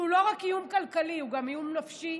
שהוא לא רק איום כלכלי, הוא גם איום נפשי,